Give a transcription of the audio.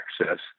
access